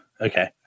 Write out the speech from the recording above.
okay